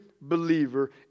believer